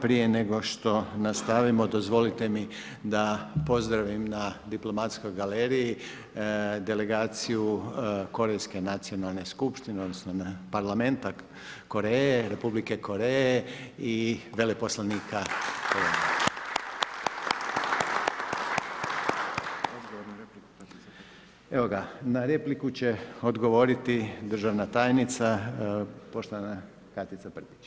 Prije nego što nastavimo dozvolite mi da pozdravim na diplomatskoj galeriji delegaciju korejske nacionalne Skupštine, odnosno Parlamenta Koreje, Republike Koreje i veleposlanika. Evo ga, na repliku će odgovoriti državna tajnica poštovana Katica Prčić.